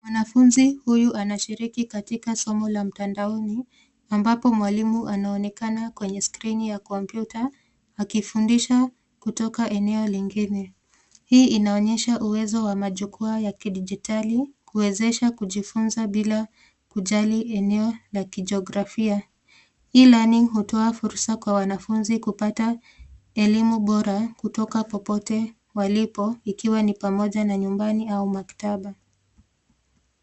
Mwanafunzi huyu anashiriki katika somo la mtandaoni ambapo mwalimu anaonekana kwenye skrini ya kompyuta akifundisha kutoka eneo lingine. Hii inaonyesha uwezo wa majukwaa ya kidigitali kuwezesha kujifunza bila kujali eneo la kijiografia. E-learning hutoa fursa kwa wanafunzi kupata elimu bora kutoka popote walipo ikiwa ni pamoja na nyumbani au maktaba.